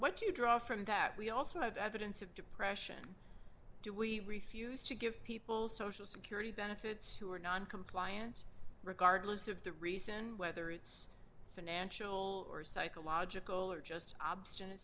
what do you draw from that we also have evidence of depression do we refuse to give people social security benefits who are noncompliant regardless of the reason whether it's financial or psychological or just